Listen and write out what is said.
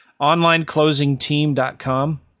Onlineclosingteam.com